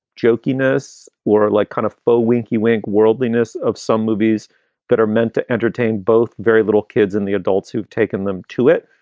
jokey nurse or like kind of faux winky wink worldliness of some movies that are meant to entertain both very little kids and the adults who've taken them to it.